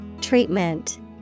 Treatment